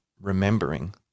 remembering